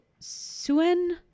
Suen